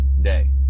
day